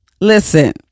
listen